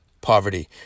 poverty